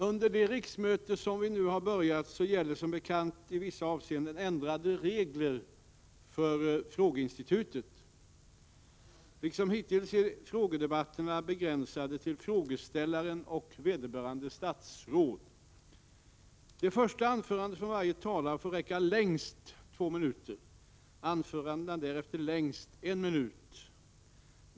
Under det riksmöte vi nu börjat gäller som bekant i vissa avseenden ändrade regler för frågeinstitutet. Liksom hittills är frågedebatterna begränsade till frågeställaren och vederbörande statsråd. Det första anförandet från varje talare får räcka längst två minuter, anförandena därefter längst en minut.